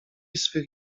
swych